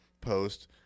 post